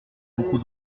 beaucoup